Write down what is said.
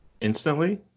Instantly